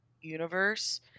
universe